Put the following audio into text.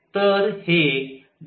तर हे 2vsinθcअसणार आहे